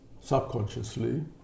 subconsciously